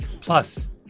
Plus